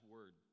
Word